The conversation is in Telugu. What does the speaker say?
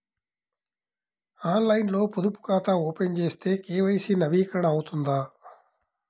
ఆన్లైన్లో పొదుపు ఖాతా ఓపెన్ చేస్తే కే.వై.సి నవీకరణ అవుతుందా?